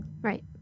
right